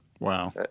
Wow